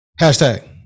Hashtag